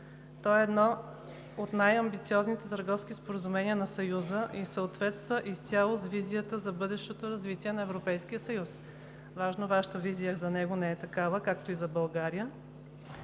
То е едно от най-амбициозните търговски споразумения на Съюза и съответства изцяло с визията за бъдещото развитие на Европейския съюз. Вероятно Вашата визия за него не е такава, както и за България.